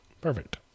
Perfect